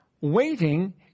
Waiting